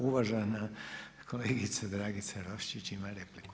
Uvažena kolegica Dragica Roščić ima repliku.